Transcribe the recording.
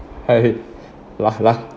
laugh laugh